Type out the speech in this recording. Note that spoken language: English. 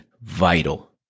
vital